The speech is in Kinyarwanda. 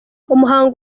umuhango